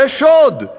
זה שוד,